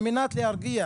על מנת להרגיע